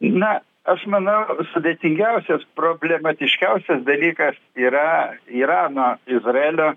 na aš manau sudėtingiausias problematiškiausias dalykas yra irano izraelio